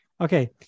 okay